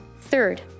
Third